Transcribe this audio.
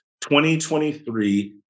2023